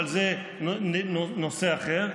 אבל זה נושא אחר,